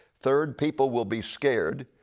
third people will be scared.